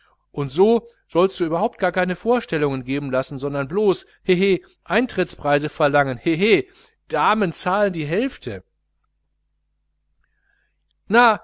und so sollst du überhaupt gar keine vorstellungen geben lassen sondern blos hehe eintrittspreise verlangen hehe damen zahlen die hälfte na